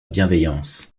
bienveillance